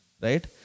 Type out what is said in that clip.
Right